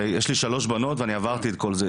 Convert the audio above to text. הרי יש לי שלוש בנות ואני עברתי את כל זה,